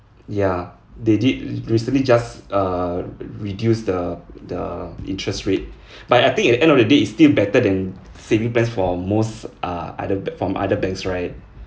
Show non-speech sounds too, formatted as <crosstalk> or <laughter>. ya they did recently just uh reduce the the interest rate <breath> but I think at the end of the day is still better than saving plans from most err other b~ from other banks right